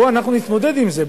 בוא, אנחנו נתמודד עם זה.